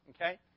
Okay